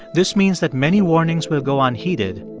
this means that many warnings will go unheeded,